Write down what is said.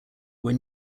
when